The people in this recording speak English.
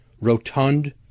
rotund